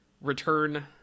return